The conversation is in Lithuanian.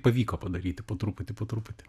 pavyko padaryti po truputį po truputį